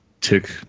Tick